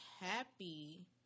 happy